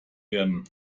werden